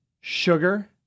Sugar